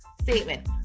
statement